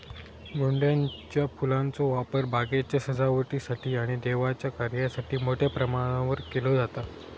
गोंड्याच्या फुलांचो वापर बागेच्या सजावटीसाठी आणि देवाच्या कार्यासाठी मोठ्या प्रमाणावर केलो जाता